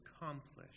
accomplished